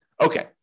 Okay